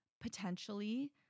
potentially